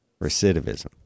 Recidivism